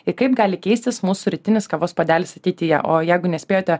ir kaip gali keistis mūsų rytinis kavos puodelis ateityje o jeigu nespėjote